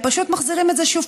הם פשוט מחזירים את זה שוב.